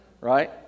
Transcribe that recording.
right